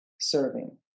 serving